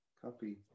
copy